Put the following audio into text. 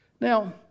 Now